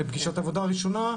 לפגישת עבודה ראשונה,